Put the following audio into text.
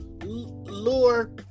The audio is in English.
lure